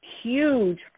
huge